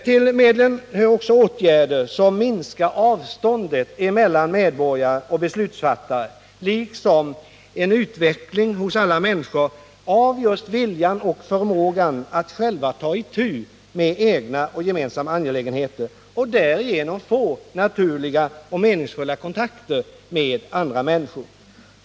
Till medlen hör vidare åtgärder som minskar avståndet mellan medborgare och beslutsfattare, liksom en utveckling hos alla människor av viljan och förmågan att själva ta itu med egna och gemensamma angelägenheter och därigenom få naturliga och meningsfulla kontakter med andra människor.